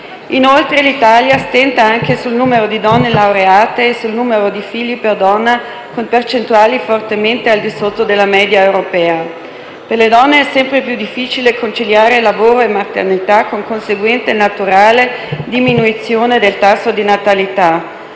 Inoltre l'Italia stenta anche sul numero di donne laureate e sul numero di figli per donna, con percentuali fortemente al di sotto della media europea. Per le donne è sempre più difficile conciliare lavoro e maternità, con conseguente naturale diminuzione del tasso di natalità.